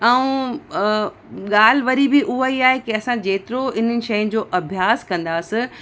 ऐं ॻाल्हि वरी बि उहा ई आहे के असां जेतिरो इन्हनि शयुनि जो अभ्यासु कंदासीं